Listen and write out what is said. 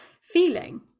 feeling